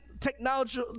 Technology